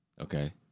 Okay